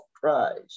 Christ